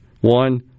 One